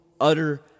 utter